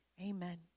amen